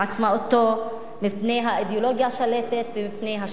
עצמאותו מפני האידיאולוגיה השלטת ומפני השב"כ.